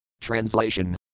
Translation